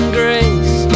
grace